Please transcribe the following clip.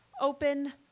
open